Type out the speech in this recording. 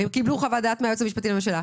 הם קיבלו חוות דעת מהיועץ המשפטי לממשלה,